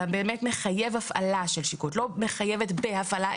אלא מחייב הפעלה של שיקול דעת לא מחייבת בהפעלה,